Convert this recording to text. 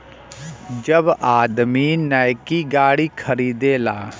जब आदमी नैकी गाड़ी खरीदेला